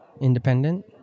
independent